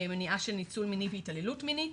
מניעה של ניצול מיני והתעללות מינית.